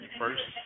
first